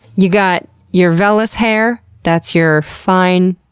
you've got your vellus hair. that's your fine,